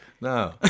No